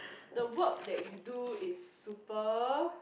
the work that you do is super